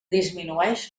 disminueix